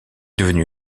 devenu